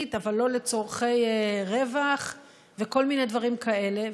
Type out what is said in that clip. אבל לא לצורכי רווח וכל מיני דברים כאלה,